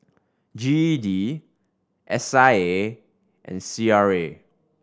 G E D S I A and C R A